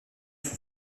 son